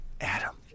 Adam